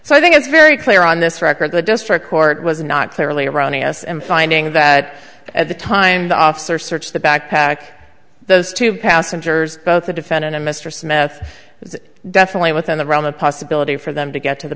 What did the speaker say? so i think it's very clear on this record the district court was not clearly erroneous and finding that at the time the officer searched the backpack those two passengers both the defendant and mistress meth was definitely within the realm of possibility for them to get to the